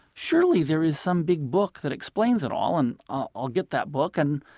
surely there is some big book that explains it all. and ah i'll get that book and